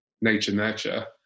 nature-nature